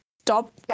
stop